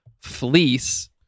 Fleece